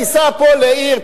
תיסע פה לעיר,